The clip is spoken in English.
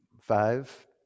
Five